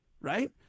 Right